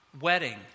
wedding